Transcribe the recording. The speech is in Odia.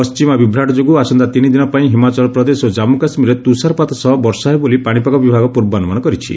ପଣ୍ଟିମା ବିଭ୍ରାଟ ଯୋଗୁଁ ଆସନ୍ତା ତିନି ଦିନପାଇଁ ହିମାଚଳ ପ୍ରଦେଶ ଓ କମ୍ମ କାଶୁୀରରେ ତ୍ରଷାରପାତ ସହ ବର୍ଷା ହେବ ବୋଲି ପାଣିପାଗ ବିଭାଗ ପୂର୍ବାନ୍ଦମାନ କରିଛି